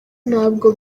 ntabwo